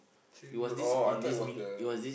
chain oh I thought it was the